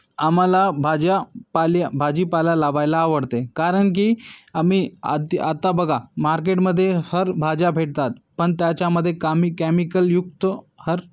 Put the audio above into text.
आम्हाला भाज्या पाला भाजीपाला लावायला आवडते कारण की आम्ही आधी आता बघा मार्केटमध्ये हर भाज्या भेटतात पण त्याच्यामध्ये कमी कॅमिकलयुक्त हर